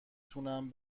تونم